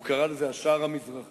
הוא קרא לזה "השער המזרחי",